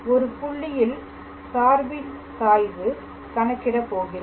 ஒரு புள்ளியில் சார்பின் சாய்வு கணக்கிட போகிறோம்